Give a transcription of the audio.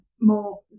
more